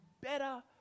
better